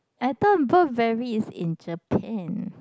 I thought Burberry is in Japan